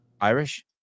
Irish